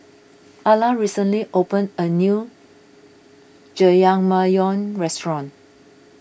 Alla recently opened a new Jajangmyeon restaurant